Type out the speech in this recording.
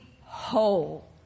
whole